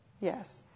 Yes